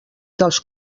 dels